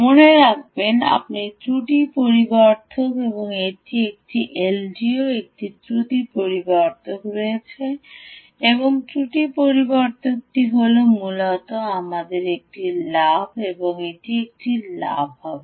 মনে রাখবেন আপনি ত্রুটি পরিবর্ধক এটি একটি এলডিওতে একটি ত্রুটি পরিবর্ধক রয়েছে এবং ত্রুটি পরিবর্ধকটি হল মূলত আমাদের একটি লাভ হবে এটির একটি লাভ হবে